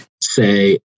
say